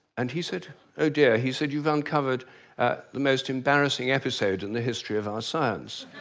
and he said oh dear, he said you've uncovered the most embarrassing episode in the history of our science.